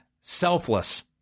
selfless